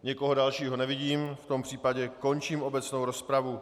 Nikoho dalšího nevidím, v tom případě končím obecnou rozpravu.